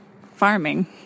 farming